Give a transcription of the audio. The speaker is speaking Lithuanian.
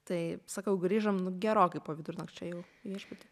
tai sakau grįžom nu gerokai po vidurnakčio jau į viešbutį